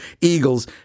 eagles